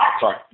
Sorry